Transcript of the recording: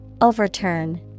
Overturn